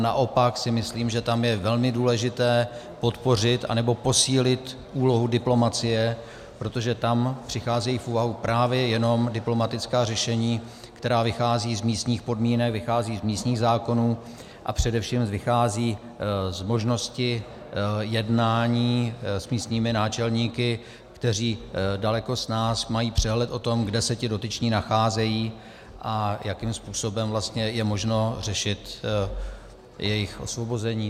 Naopak si myslím, že tam je velmi důležité podpořit anebo posílit úlohu diplomacie, protože tam přicházejí v úvahu právě jenom diplomatická řešení, která vycházejí z místních podmínek, vycházejí z místních zákonů a především vycházejí z možnosti jednání s místními náčelníky, kteří daleko snáz mají přehled o tom, kde se ti dotyční nacházejí a jakým způsobem je možno řešit jejich osvobození.